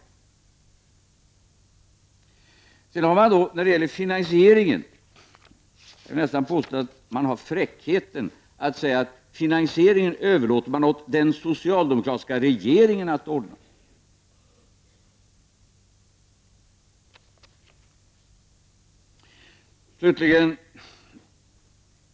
Sedan vill jag nästan påstå att man har fräckheten att säga att man överlåter finansieringen till den socialdemokratiska regeringen att ordna.